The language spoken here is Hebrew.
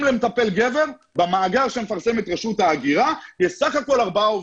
למטפל גבר במאגר שמפרסמת רשות ההגירה יש סך הכול ארבע עובדים.